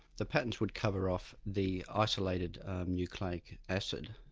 the patents would cover off the isolated nucleic acid,